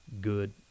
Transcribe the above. good